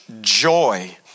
joy